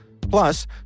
Plus